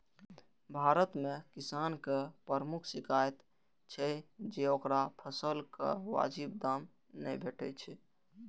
भारत मे किसानक प्रमुख शिकाइत छै जे ओकरा फसलक वाजिब दाम नै भेटै छै